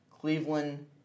Cleveland